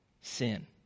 sin